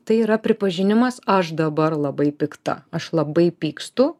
tai yra pripažinimas aš dabar labai pikta aš labai pykstu